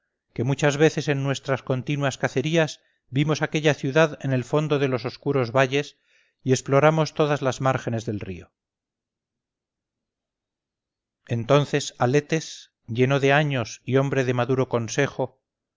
que muchas veces en nuestras continuas cacerías vimos aquella ciudad en el fondo de los oscuros valles y exploramos todas las márgenes del río entonces aletes lleno de años y hombre de maduro consejo